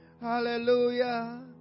Hallelujah